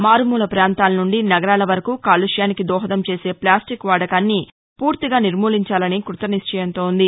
మారుమూల ప్రాంతాల నుండి నగరాల వరకూ కాలుష్యానికి దోహదం చేసే ఫ్లస్టిక్ వాడకాన్ని పూర్తిగా నిర్మూలించాలని కృత నిశ్చయంతో ఉంది